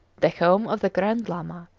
the home of the grand lama,